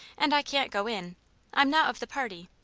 and i can't go in i'm not of the party.